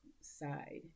side